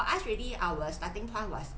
us really our starting point was